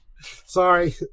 Sorry